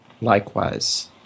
likewise